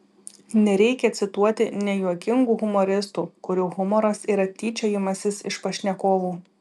nereikia cituoti nejuokingų humoristų kurių humoras yra tyčiojimasis iš pašnekovų